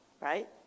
Right